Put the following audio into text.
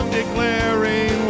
declaring